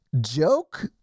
Joke